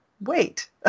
wait